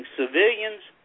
civilians